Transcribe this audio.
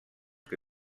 que